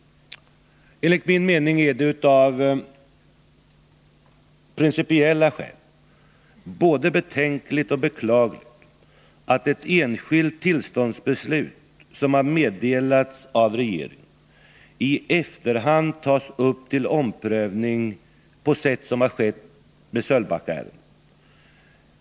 Enligt min mening är det av principiella skäl både betänkligt och beklagligt att ett enskilt tillståndsbeslut, som har meddelats av regeringen, i efterhand tas upp till omprövning på sätt som har skett med Sölvbackaärendet.